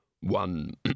one